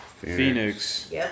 Phoenix